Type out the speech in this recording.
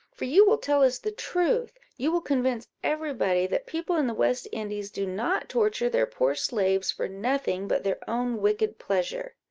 for you will tell us the truth you will convince every body, that people in the west indies do not torture their poor slaves for nothing but their own wicked pleasure.